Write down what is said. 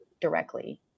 directly